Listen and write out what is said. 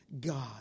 God